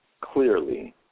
clearly